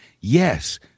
Yes